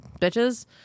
bitches